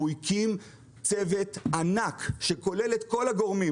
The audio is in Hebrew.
הוא הקים צוות ענק שכולל את כל הגורמים.